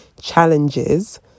challenges